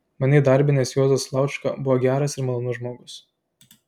mane įdarbinęs juozas laučka buvo geras ir malonus žmogus